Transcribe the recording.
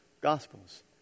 Gospels